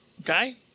Okay